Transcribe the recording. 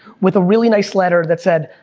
with a really nice letter that said,